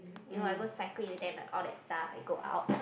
you know I go cycling with them all that stuff I go out